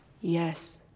Yes